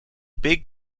big